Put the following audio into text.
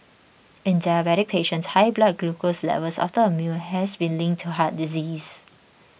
in diabetic patients high blood glucose levels after a meal has been linked to heart disease